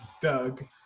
Doug